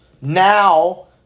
now